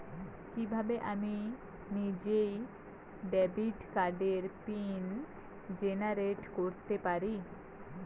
কিভাবে আমি নিজেই ডেবিট কার্ডের পিন জেনারেট করতে পারি?